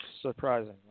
surprising